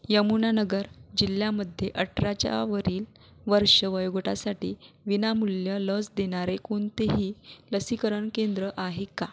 यमुनानगर जिल्ह्यामध्ये अठराच्या वरील वर्ष वयोगटासाठी विनामूल्य लस देणारे कोणतेही लसीकरण केंद्र आहे का